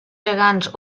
gegants